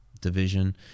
Division